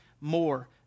more